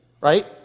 Right